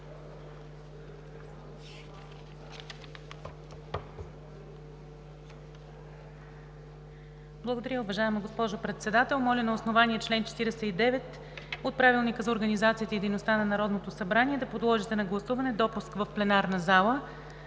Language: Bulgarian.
Благодаря, уважаема госпожо Председател. Моля на основание чл. 49 от Правилника за организацията и дейността на Народното събрание да подложите на гласуване допуск в пленарната зала